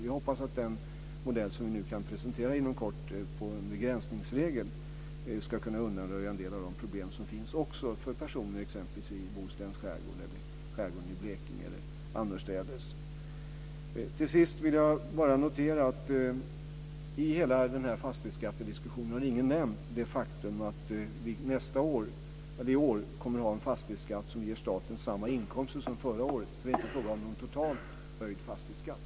Jag hoppas att den modell för en begränsningsregel som vi nu kan presentera inom kort ska kunna undanröja en del av de problem som finns också för personer exempelvis i Bohusläns skärgård eller i skärgården i Blekinge eller annorstädes. Till sist vill jag bara notera att i hela den här fastighetsskattediskussionen har ingen nämnt det faktum att vi i år kommer att ha en fastighetsskatt som ger staten samma inkomster som förra året, så det är inte fråga om någon totalt höjd fastighetsskatt.